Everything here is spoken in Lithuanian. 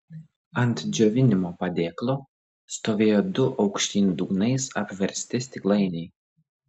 ant džiovinimo padėklo stovėjo du aukštyn dugnais apversti stiklainiai